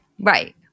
Right